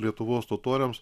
lietuvos totoriams